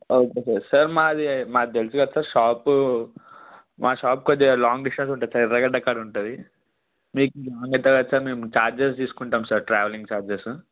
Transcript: okay sir sir మాది మాది తెలుసు కదా సార్ షాపు మా షాప్ కొద్దిగా లాంగ్ డిస్టెన్స్ ఉంటుంది సార్ ఎర్ర గడ్డ కాడా ఉంటుంది మీకు ఆన్ దట్ మేము చార్జెస్ తీసుకుంటాం సార్ ట్రావెలింగ్ చార్జెస్